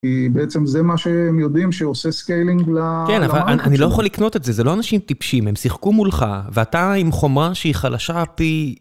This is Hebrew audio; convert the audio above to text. כי בעצם זה מה שהם יודעים, שעושה סקיילינג ל... כן, אבל אני לא יכול לקנות את זה, זה לא אנשים טיפשים, הם שיחקו מולך, ואתה עם חומה שהיא חלשה פי...